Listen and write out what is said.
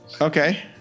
Okay